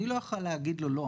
אני לא יוכל להגיד לו לא,